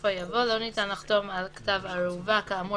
בסופו יבוא "לא ניתן לחתום על כתב ערובה כאמור